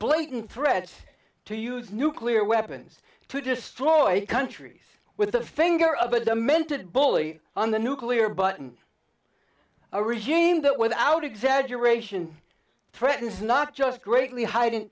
blatant threat to use nuclear weapons to destroy countries with the finger of a demented bully on the nuclear button a regime that without exaggeration threatens not just greatly hiding